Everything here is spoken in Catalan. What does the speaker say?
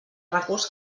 recurs